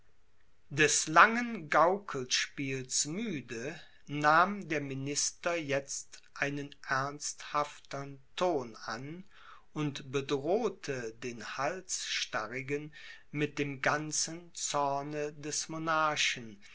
des langen gaukelspiels müde nahm der minister jetzt einen ernsthaftern ton an und bedrohte den halsstarrigen mit dem ganzen zorne des monarchen